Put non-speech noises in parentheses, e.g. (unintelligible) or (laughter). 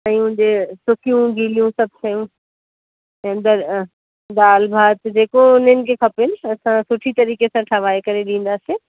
सयूं जे सुकियूं गीलियूं सभु सयूं (unintelligible) दाल भात जेको उन्हनि खे खपनि असां सुठी तरीक़े सां ठहाए करे ॾींदासीं